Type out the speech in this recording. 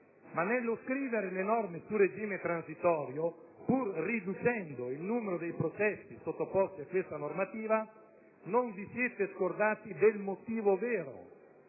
Nello scrivere le norme sul regime transitorio, pur riducendo il numero dei processi sottoposti a questa normativa, non vi siete scordati del motivo vero